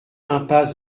impasse